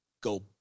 go